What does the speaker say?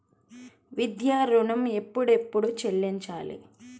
విద్యా ఋణం ఎప్పుడెప్పుడు చెల్లించాలి?